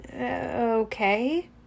okay